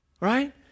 right